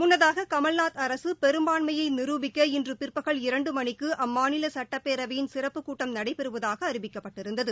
முன்னதாக கமல்நாத் அரசு பெரும்பாள்மையை நிரூபிக்க இன்று பிற்பகல் இரண்டு மணிக்கு அம்மாநில சுட்டப்பேரவையின் சிறப்புக் கூட்டம் நடைபெறுவதாக அறிவிக்கப்பட்டிருந்தது